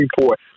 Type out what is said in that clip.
report